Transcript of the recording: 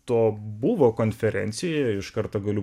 to buvo konferencijoj ir iš karto galiu